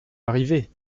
arrivés